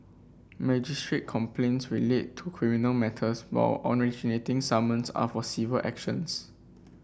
magistrate's complaints relate to criminal matters while originating summons are for civil actions